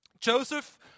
Joseph